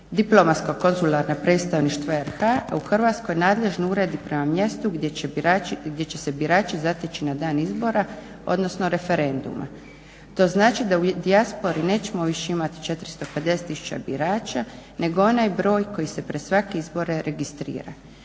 diplomatsko konzularna predstavništva RH, a u Hrvatskoj nadležni uredi prema mjestu gdje će se birači zateći na dan izbora, odnosno referenduma. To znači da u dijaspori nećemo više imati 450 tisuća birača nego onaj broj koji se pred svake izbore registrira.